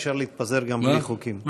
אפשר להתפזר גם בלי חוקים.